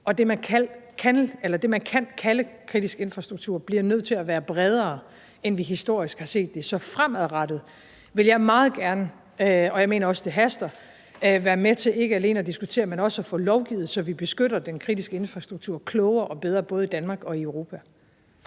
og det, man kan kalde kritisk infrastruktur, bliver nødt til at være bredere, end vi historisk har set det. Så fremadrettet vil jeg meget gerne, og jeg mener også, at det haster, være med til ikke alene at diskutere det, men også til at få lovgivet, så vi beskytter den kritiske infrastruktur klogere og bedre både i Danmark og i Europa.